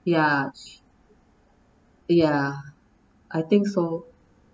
ya ya I think so